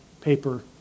paper